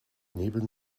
neben